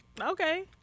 okay